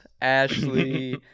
Ashley